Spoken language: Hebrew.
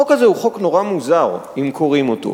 החוק הזה הוא חוק נורא מוזר אם קוראים אותו.